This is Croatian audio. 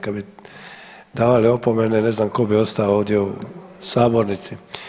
Kada bi davali opomene, ne znam tko bi ostao ovdje u sabornici.